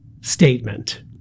statement